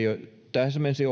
täsmensi